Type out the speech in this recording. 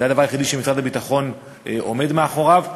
זה הדבר היחידי שמשרד הביטחון עומד מאחוריו,